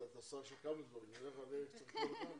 השר המקשר בין הממשלה לכנסת נמצאים כאן,